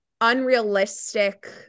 unrealistic